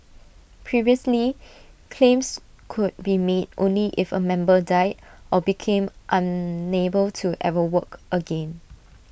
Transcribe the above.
previously claims could be made only if A member died or became unable to ever work again